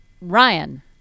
Ryan